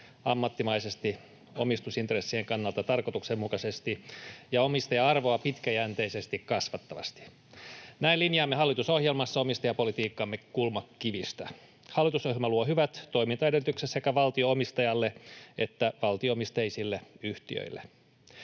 ammattimaisesti, omistusintressin kannalta tarkoituksenmukaisesti ja omistaja-arvoa pitkäjänteisesti kasvattavasti. Näin linjaamme hallitusohjelmassa omistajapolitiikkamme kulmakivistä. Hallitusohjelma luo hyvät toimintaedellytykset sekä valtio-omistajalle että valtio-omisteisille yhtiöille.